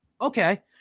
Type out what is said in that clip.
Okay